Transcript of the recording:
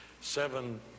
seven